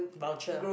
voucher